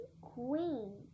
Queen